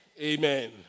Amen